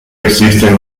existen